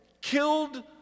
killed